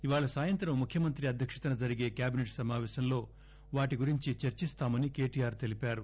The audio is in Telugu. ఇవాళ సాయంత్రం ముఖ్యమంత్రి అధ్యక్షతన జరిగే క్యాబినెట్ సమాపేశంలో వాటి గురించి చర్చిస్తామని కేటీఆర్ తెలిపారు